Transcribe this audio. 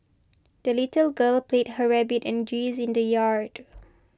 the little girl played her rabbit and geese in the yard